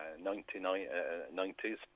1990s